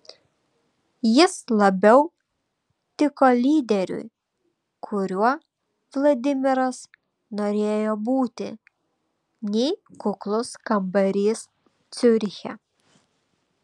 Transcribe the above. jis labiau tiko lyderiui kuriuo vladimiras norėjo būti nei kuklus kambarys ciuriche